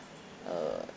uh